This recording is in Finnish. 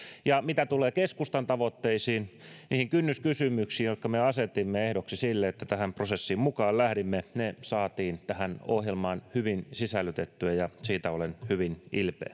mitä tulee keskustan tavoitteisiin niihin kynnyskysymyksiin jotka me asetimme ehdoksi sille että tähän prosessiin mukaan lähdimme ne saatiin tähän ohjelmaan hyvin sisällytettyä ja siitä olen hyvin